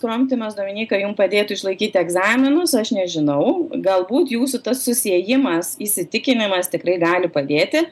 kramtymas dominyka jum padėtų išlaikyti egzaminus aš nežinau galbūt jūsų tas susiejimas įsitikinimas tikrai gali padėti